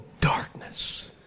darkness